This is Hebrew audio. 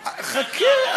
חכה,